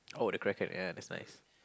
oh the Kraken ya that's nice